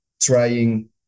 trying